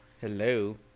Hello